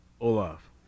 Olaf